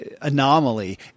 anomaly